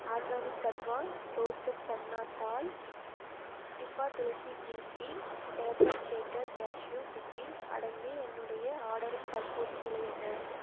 organic Tattva roasted chana dal டிபா tulsi green tea paper chatter cashew cookies அடங்கிய என்னுடைய ஆர்டரின் தற்போதைய நிலை என்ன